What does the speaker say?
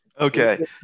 Okay